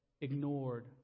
ignored